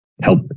Help